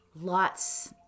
Lots